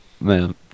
man